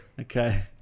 Okay